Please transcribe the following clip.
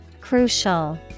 Crucial